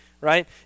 right